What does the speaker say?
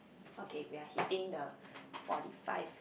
okay we are hitting the fourty five